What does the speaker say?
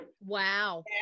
Wow